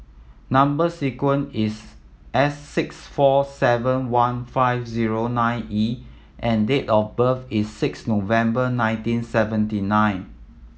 number sequence is S six four seven one five zero nine E and date of birth is six November nineteen seventy nine